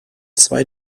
zwei